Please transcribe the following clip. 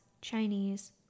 Chinese